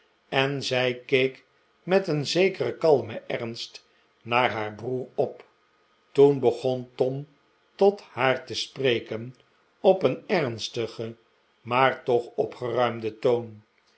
en zij keek met een zekeren kalmen ernst naar haar broer op toen begon tom tot haar te spreken op een ernstigen maar t och opgeruimden toon